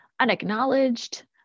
unacknowledged